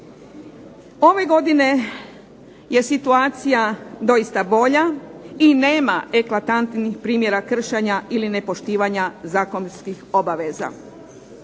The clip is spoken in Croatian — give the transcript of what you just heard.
Ove godine je situacija doista bolja i nema eklatantnih primjera kršenja ili nepoštivanja zakonskih obaveza.